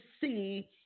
see